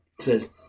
says